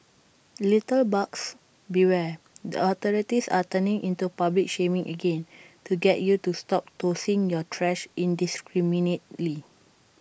litterbugs beware the authorities are turning into public shaming again to get you to stop tossing your trash indiscriminately